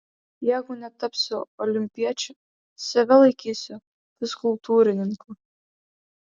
jeigu netapsiu olimpiečiu save laikysiu fizkultūrininku